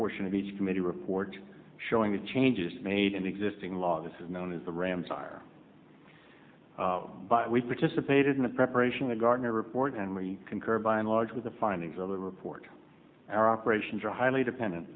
sion of each committee report showing the changes made in existing law this is known as the rams are but we participated in the preparation of the gardner report and we concur by and large with the findings of the report our operations are highly dependent